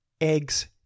eggs